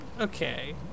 Okay